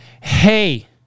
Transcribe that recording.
hey